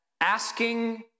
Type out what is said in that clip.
asking